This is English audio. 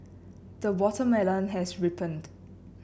the watermelon has ripened